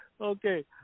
Okay